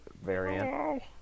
variant